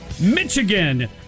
Michigan